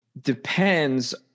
depends